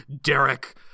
Derek